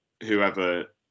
whoever